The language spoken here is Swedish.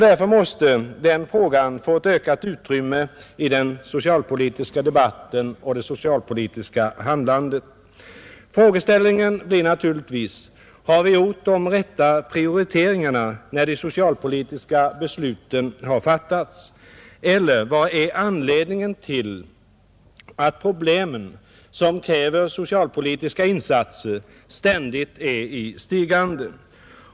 Därför måste den frågan få ett ökat utrymme i den socialpolitiska debatten och det socialpolitiska handlandet. Frågeställningen blir naturligtvis: Har vi gjort de rätta prioriteringarna när de socialpolitiska besluten har fattats? Eller vad är anledningen till att problemen, som kräver socialpolitiska insatser, ständigt är i stigande?